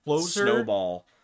snowball